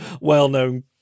well-known